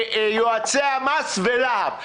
יועצי המס ולה"ב.